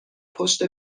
پشت